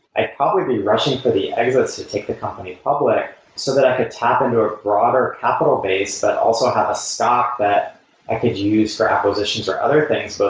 i probably would be rushing for the exits to take the company public, so that i could tap into a broader capital base, but also have a stock that i could use for acquisitions or other things. but